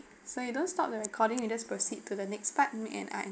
so you don't stop the recording you just proceed to the next part make an